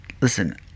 listen